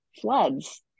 floods